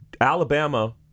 Alabama